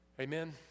Amen